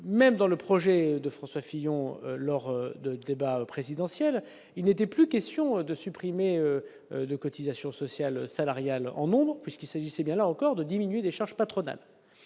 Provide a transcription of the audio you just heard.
même dans le projet de François Fillon lors de débats présidentiels, il n'était plus question de supprimer de cotisations sociales salariales en nombres, puisqu'il s'agissait bien là encore de diminuer les charges patronales